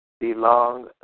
belong